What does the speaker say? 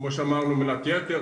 כמו שאמרנו מנת יתר,